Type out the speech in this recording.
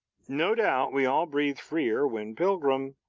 no doubt we all breathed freer when pilgrim,